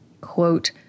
Quote